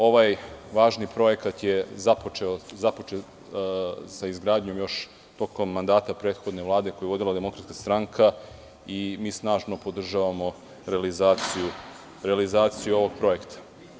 Ovaj važni projekat je započeo sa izgradnjom još tokom mandata prethodne vlade koju je vodila DS i mi snažno podržavamo realizaciju ovog projekta.